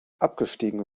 abgestiegen